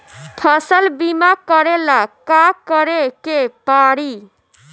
फसल बिमा करेला का करेके पारी?